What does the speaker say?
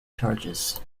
charges